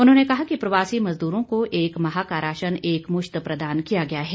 उन्होंने कहा कि प्रवासी मजदूरों को एक माह का राशन एक मुश्त प्रदान किया गया है